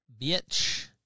Bitch